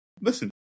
listen